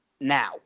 Now